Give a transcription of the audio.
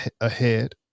ahead